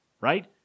Right